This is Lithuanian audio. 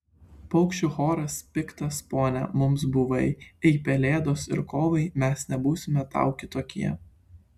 paukščių choras piktas pone mums buvai ei pelėdos ir kovai mes nebūsime tau kitokie